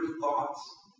thoughts